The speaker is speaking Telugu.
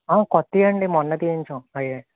కొత్తవండి మొన్నే తీయించాము అవి